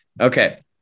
Okay